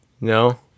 No